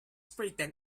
pretend